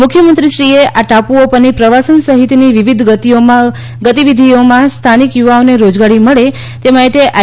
મુખ્યમંત્રીશ્રીએ આ ટાપૂઓ પરની પ્રવાસન સહિતની વિવિધ ગતિવિધિઓમાં સ્થાનિક યુવાઓને રોજગારી મળે તે માટે આઇ